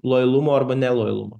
lojalumo arba nelojalumo